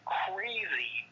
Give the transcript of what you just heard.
crazy